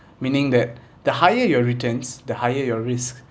meaning that the higher your returns the higher your risk